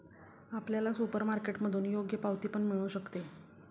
आपल्याला सुपरमार्केटमधून योग्य पावती पण मिळू शकते